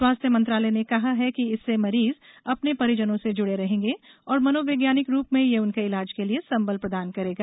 स्वास्थ्य मंत्रालय ने कहा है कि इससे मरीज अपने परिजनों से जुड़े रहेंगे और मनोवैज्ञानिक रूप में ये उनके इलाज के लिए संबल प्रदान करेगा